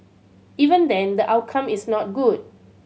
even then the outcome is not good